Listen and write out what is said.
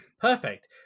perfect